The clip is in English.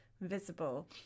visible